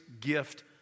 gift